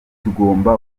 tugomba